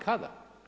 Kada?